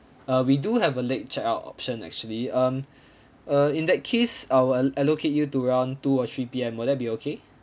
uh we do have a late check out option actually um uh in that case I'll al~ allocate you to around two or three P_M will that be okay